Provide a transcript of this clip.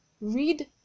Read